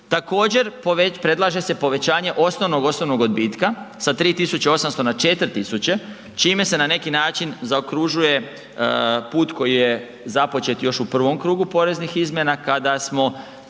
Također, predlaže se povećanje osnovnog osobnog odbitka sa 3.800 na 4.000 čime se na neki način zaokružuje put koji je započet još u prvom krugu poreznih izmjena kada smo